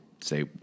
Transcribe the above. say